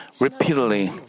repeatedly